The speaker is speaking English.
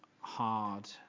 hard